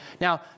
now